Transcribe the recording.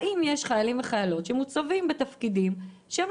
האם יש חיילים שמוצבים בתפקידים שאין